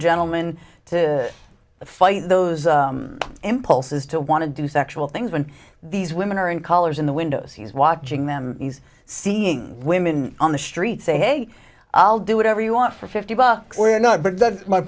gentleman to fight those impulses to want to do sexual things when these women are in collars in the windows he's watching them he's seeing women on the street say hey i'll do whatever you want for fifty bucks we're not but